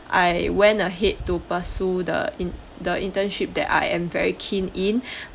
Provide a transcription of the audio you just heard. I went ahead to pursue the in~ the internship that I am very keen in